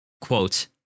quote